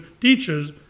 teaches